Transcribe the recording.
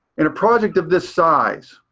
in a project of this size,